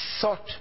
sought